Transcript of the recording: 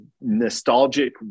nostalgic